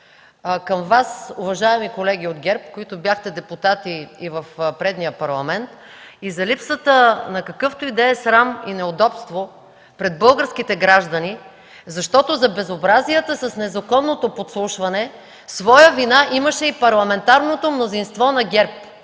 към Вас, уважаеми колеги от ГЕРБ, които бяхте депутати и в предния Парламент, и за липсата на какъвто и да е срам и неудобство пред българските граждани, защото за безобразията със незаконното подслушване своя вина имаше и парламентарното мнозинство на ГЕРБ.